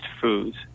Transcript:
foods